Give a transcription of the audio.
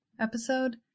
episode